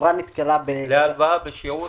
בשיעור